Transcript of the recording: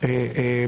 זה לסעיף (ז).